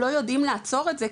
לא יודעים לעצור את זה,